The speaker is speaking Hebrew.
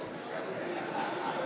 זכרם